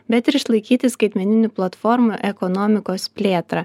bet ir išlaikyti skaitmeninių platformų ekonomikos plėtrą